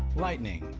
lightning,